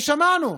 ושמענו,